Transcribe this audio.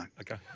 Okay